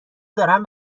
دارن